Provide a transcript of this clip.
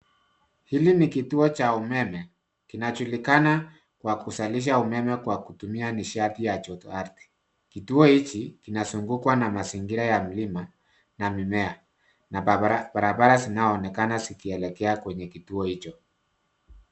Hili ni kituo ya umeme, kinajulikana kwa kuzalisha umeme kwa kutumia nishati ya jotoardhi. Kituo hichi kinazungukwa na mazingira ya mlima na mimea na barabara zinaoonekana zikielekea kwenye kituo hicho.